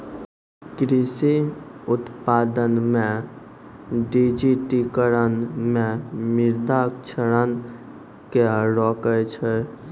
कृषि उत्पादन मे डिजिटिकरण मे मृदा क्षरण के रोकै छै